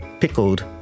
pickled